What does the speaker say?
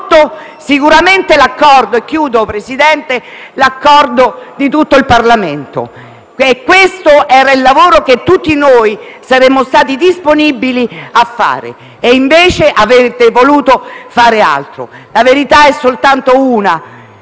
cittadini avrebbe prodotto sicuramente l'accordo di tutto il Parlamento. Questo era il lavoro che tutti noi saremmo stati disponibili a fare. Invece avete voluto fare altro. La verità è soltanto una